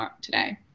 today